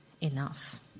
enough